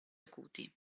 acuti